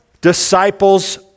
disciples